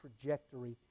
trajectory